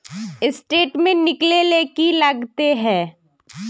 Statement निकले ले की लगते है?